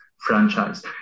franchise